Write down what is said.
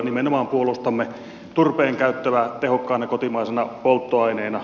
nimenomaan puolustamme turpeen käyttöä tehokkaana kotimaisena polttoaineena